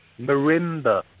Marimba